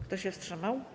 Kto się wstrzymał?